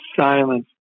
silence